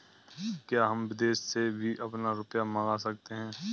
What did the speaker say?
क्या हम विदेश से भी अपना रुपया मंगा सकते हैं?